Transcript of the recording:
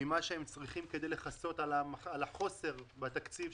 ממה שהם צריכים כדי לכסות על החוסר בתקציב,